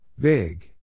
Big